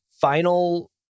final